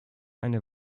eine